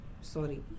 sorry